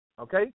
okay